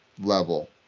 level